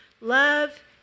love